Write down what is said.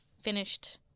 finished